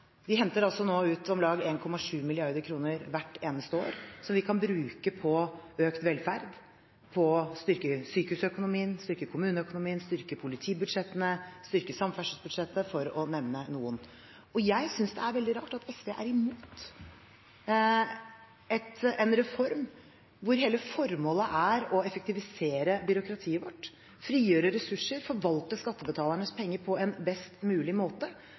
Vi henter nå ut om lag 1,7 mrd. kr hvert eneste år som vi kan bruke på økt velferd, på å styrke sykehusøkonomien, styrke kommuneøkonomien, styrke politibudsjettene og styrke samferdselsbudsjettet for å nevne noe. Jeg synes det er veldig rart at SV er imot en reform, hvor hele formålet er å effektivisere byråkratiet vårt, frigjøre ressurser, forvalte skattebetalernes penger på en best mulig måte